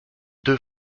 deux